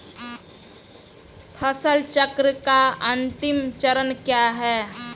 फसल चक्र का अंतिम चरण क्या है?